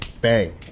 bang